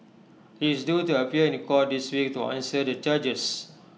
he is due to appear in court this week to answer the charges